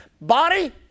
Body